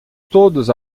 todos